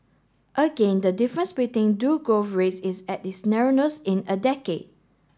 again the difference between two growth rates is at its narrowest in a decade